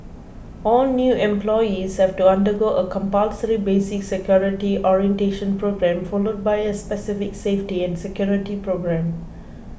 all new employees have to undergo a compulsory basic security orientation programme followed by a specific safety and security programme